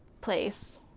place